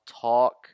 talk